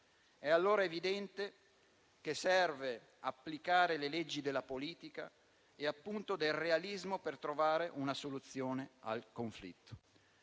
È allora evidente che serve applicare le leggi della politica e, appunto, del realismo per trovare una soluzione al conflitto;